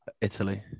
Italy